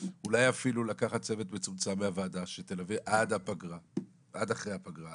אולי אפילו לקחת צוות מצומצם מהוועדה שילווה עד אחרי הפגרה,